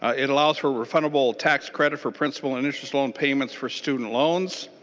ah it allows for refundable tax credit for principal and interest won't payments for student loans.